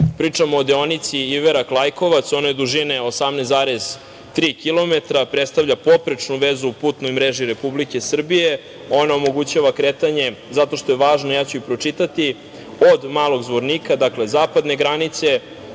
Pričam o deonici Iverak-Lajkovac. Ona je dužine 18,3 kilometra. Predstavlja poprečnu vezu u putnoj mreži Republike Srbije. Ona omogućava kretanje, zato što je važno, ja ću i pročitati, od Malog Zvornika, dakle zapadne granice,